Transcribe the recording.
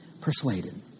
Persuaded